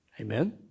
Amen